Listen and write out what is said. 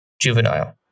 Juvenile